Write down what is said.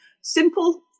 simple